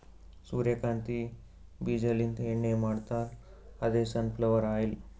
ಸೂರ್ಯಕಾಂತಿ ಬೀಜಾಲಿಂತ್ ಎಣ್ಣಿ ಮಾಡ್ತಾರ್ ಅದೇ ಸನ್ ಫ್ಲವರ್ ಆಯಿಲ್